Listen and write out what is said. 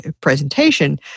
presentation